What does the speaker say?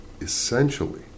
essentially